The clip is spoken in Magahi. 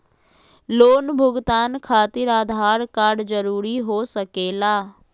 लोन भुगतान खातिर आधार कार्ड जरूरी हो सके ला?